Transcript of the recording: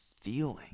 feeling